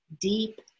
deep